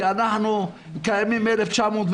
כי אנחנו קיימים מ-1908,